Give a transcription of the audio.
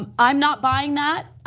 um i am not buying that.